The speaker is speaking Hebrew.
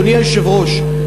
אדוני היושב-ראש,